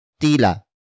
Tila